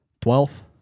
Twelfth